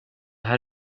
här